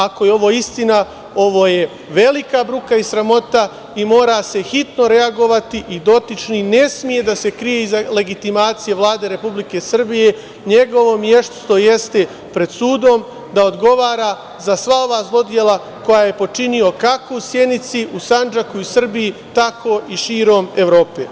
Ako je ovo istina, ovo je velika bruka i sramota i mora se hitno reagovati i dotični ne sme da se krije iza legitimacije Vlade Republike Srbije, njegovo mesto jeste pred sudom, da odgovara za sva ova zlodela koja je počinio, kaku u Sjenici, u Sandžaku i Srbiji, tako i širom Evrope.